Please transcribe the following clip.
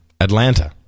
Atlanta